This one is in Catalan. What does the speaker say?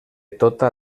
tota